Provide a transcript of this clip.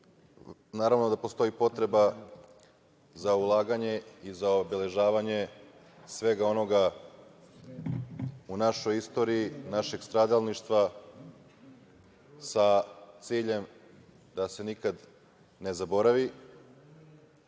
naravno da postoji potreba za ulaganje i za obeležavanje svega onoga u našoj istoriji, našeg stradalništva, sa ciljem da se nikad ne zaboravi. Ali,